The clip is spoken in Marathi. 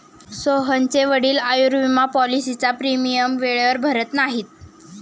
सोहनचे वडील आयुर्विमा पॉलिसीचा प्रीमियम वेळेवर भरत नाहीत